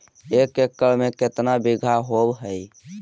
एक एकड़ में केतना बिघा होब हइ?